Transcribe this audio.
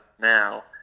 now